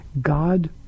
God